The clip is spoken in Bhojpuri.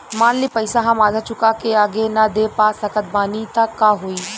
मान ली पईसा हम आधा चुका के आगे न दे पा सकत बानी त का होई?